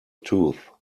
tooth